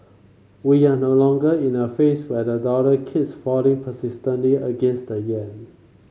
we're no longer in a phase where the dollar keeps falling persistently against the yen